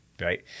right